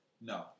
no